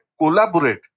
collaborate